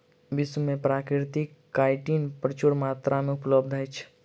विश्व में प्राकृतिक काइटिन प्रचुर मात्रा में उपलब्ध अछि